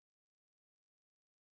is character development